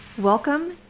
Welcome